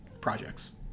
projects